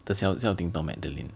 the siao ding dong Magdalene